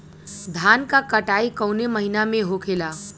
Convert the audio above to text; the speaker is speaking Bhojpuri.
धान क कटाई कवने महीना में होखेला?